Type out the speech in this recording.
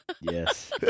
Yes